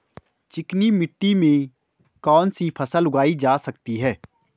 चिकनी मिट्टी में कौन सी फसल उगाई जा सकती है?